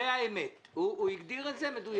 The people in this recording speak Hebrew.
זו האמת, הוא הגדיר את זה מדויק.